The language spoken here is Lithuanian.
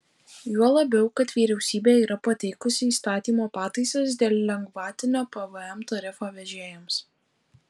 juo labiau kad vyriausybė yra pateikusi įstatymo pataisas dėl lengvatinio pvm tarifo vežėjams